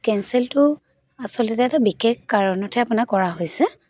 কেঞ্চেলটো আচলতে এটা বিশেষ কাৰণতহে আপোনাক কৰা হৈছে